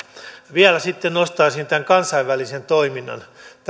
vielä nostaisin tämän kansainvälisen toiminnan